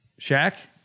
Shaq